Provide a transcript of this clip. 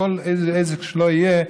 כל עסק שלא יהיה,